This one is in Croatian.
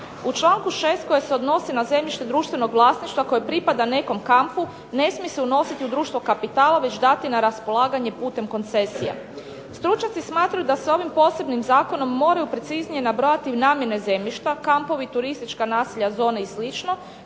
U čl. 6. koje se odnosi na zemljište društvenog vlasništva koje pripada nekom kampu ne smije se unositi u društvo kapitala već dati na raspolaganje putem koncesija. Stručnjaci smatraju da se ovim posebnim zakonom moraju preciznije nabrojati namjene zemljišta, kampovi, turistička naselja, zone i sl.,